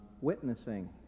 witnessing